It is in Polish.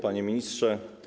Panie Ministrze!